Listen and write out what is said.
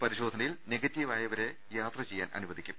പരിശോധന യിൽ നെഗറ്റീവ് ആയവരെ യാത്ര ചെയ്യാൻ അനുവദി ക്കും